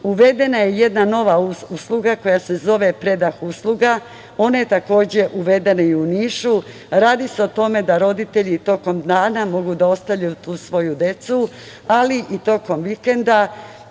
Uvedena je jedna nova usluga koja se zove „predah usluga“. Ona je uvedena i u Nišu. Radi se o tome da roditelji tokom dana mnogu da ostavljaju tu svoju decu, ali i tokom vikenda